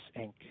Inc